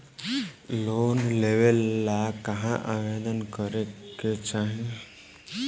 Loan लेवे ला कहाँ आवेदन करे के चाही?